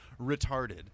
retarded